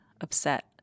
upset